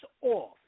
off